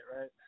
right